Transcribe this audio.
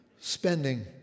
spending